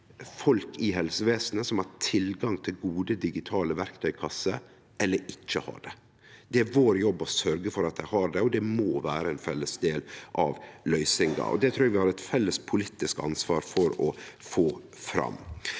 folk i helsevesenet som har tilgang til gode digitale verktøykasser, eller ikkje ha det. Det er vår jobb å sørgje for at dei har det, og det må vere ein felles del av løysinga. Det trur eg vi har eit felles politisk ansvar for å få fram.